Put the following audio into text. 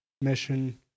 mission